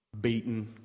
beaten